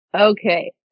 Okay